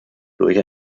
durch